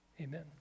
amen